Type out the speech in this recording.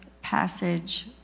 passage